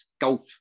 golf